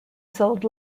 sold